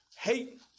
Hate